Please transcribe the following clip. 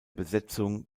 besetzung